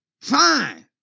Fine